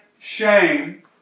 shame